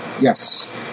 Yes